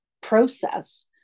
process